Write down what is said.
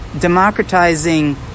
democratizing